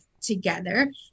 together